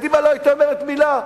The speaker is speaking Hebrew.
קדימה לא היתה אומרת מלה.